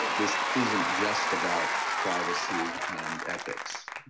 this isn't just about privacy and ethics.